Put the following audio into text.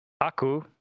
Aku